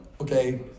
Okay